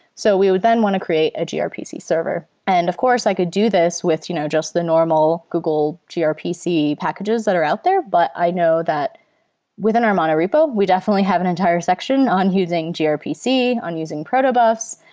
so we would then want to create a grpc server. and of course, i could do this with you know just the normal google grpc packages that are out there, but i know that within our mono repo, we definitely have an entire section on using grpc, on using protobufs,